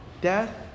Death